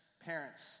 Parents